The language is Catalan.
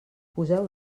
poseu